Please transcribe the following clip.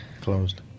closed